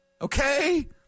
Okay